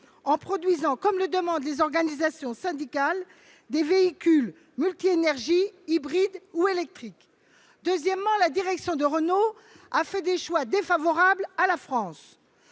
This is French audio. produire, comme le demandent les organisations syndicales, des véhicules multiénergies, hybrides ou électriques. En second lieu, la direction de Renault a fait des choix défavorables à la France,